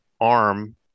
arm